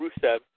Rusev